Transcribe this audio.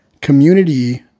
community